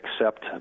accept